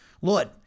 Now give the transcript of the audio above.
Lord